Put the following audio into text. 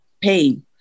pain